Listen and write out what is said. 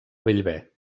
bellver